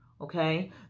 okay